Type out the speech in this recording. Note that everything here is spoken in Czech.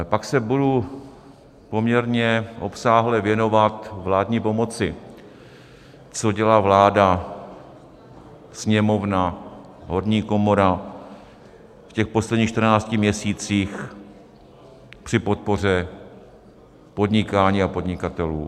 Pak se budu poměrně obsáhle věnovat vládní pomoci, co dělá vláda, Sněmovna, horní komora v těch posledních 14 měsících při podpoře podnikání a podnikatelů.